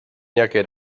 nějaké